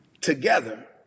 together